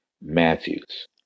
Matthews